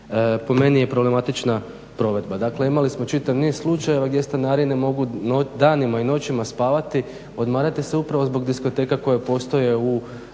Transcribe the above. po meni je problematična provedba. Dakle, imali smo čitav niz slučajeva gdje stanarine mogu danima i noćima spavati, odmarati se upravo zbog diskoteka koje postoje u